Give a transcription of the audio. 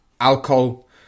Alcohol